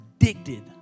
addicted